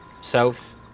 south